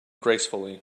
gracefully